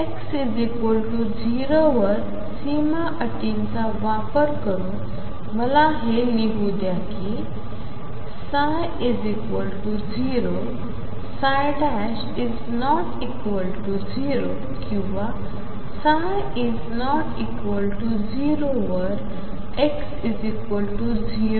X 0 वर सीमा अटीचा वापर करून मला हे लिहू द्या की ψ0 ≠0 किंवा ψ≠0 वर x 0 वर